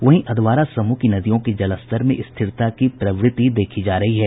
वहीं अधवारा समूह की नदियों के जलस्तर में स्थिरता की प्रवृत्ति देखी जा रही है